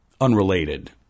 unrelated